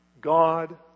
God